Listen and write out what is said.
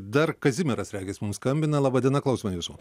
dar kazimieras regis mum skambina laba diena klausome jūsų